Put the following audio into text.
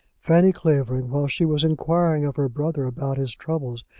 fanny clavering, while she was inquiring of her brother about his troubles,